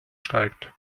steigt